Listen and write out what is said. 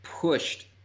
pushed